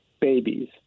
babies